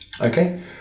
Okay